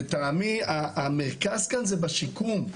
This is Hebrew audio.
לטעמי המרכז כאן זה בשיקום.